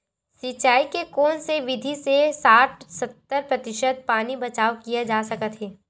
सिंचाई के कोन से विधि से साठ सत्तर प्रतिशत पानी बचाव किया जा सकत हे?